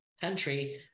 country